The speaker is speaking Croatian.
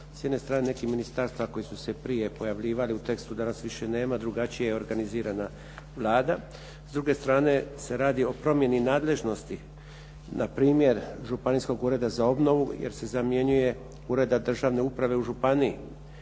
S jedne strane nekih ministarstava koji su se prije pojavljivali u tekstu danas više nema, drugačije je organizirana Vlada. S druge strane se radi o promjeni nadležnosti npr. županijskog ureda za obnovu jer se zamjenjuje ureda državne uprave u županiji.